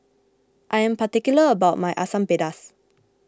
I am particular about my Asam Pedas